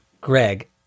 Greg